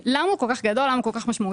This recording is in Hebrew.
למה הוא כל כך גדול ולמה הוא כל כך משמעותי.